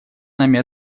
нами